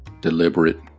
deliberate